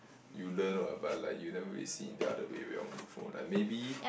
you learn [what] but like you never really see the other way round before like maybe